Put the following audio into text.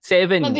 Seven